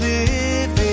Living